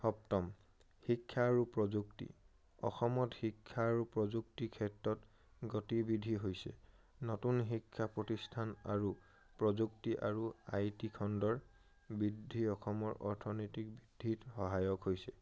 সপ্তম শিক্ষা আৰু প্ৰযুক্তি অসমত শিক্ষা আৰু প্ৰযুক্তিৰ ক্ষেত্ৰত গতিবিধি হৈছে নতুন শিক্ষা প্ৰতিষ্ঠান আৰু প্ৰযুক্তি আৰু আই টি খণ্ডৰ বৃদ্ধি অসমৰ অৰ্থনৈতিক বৃদ্ধিত সহায়ক হৈছে